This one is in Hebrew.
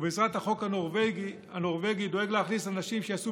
ובעזרת החוק הנורבגי דואג להכניס אנשים שיעשו